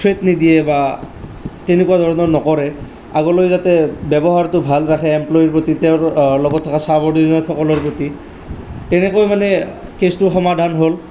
threat নিদিয়ে বা তেনেকুৱা ধৰণৰ নকৰে আগলৈ যাতে ব্যৱহাৰটো ভাল ৰাখে এম্প্লইৰ প্ৰতি তেওঁৰ লগত থকা চাবঅৰ্ডিনেট সকলৰ প্ৰতি তেনেকৈ মানে কেচটো সমাধান হ'ল